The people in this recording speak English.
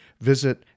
Visit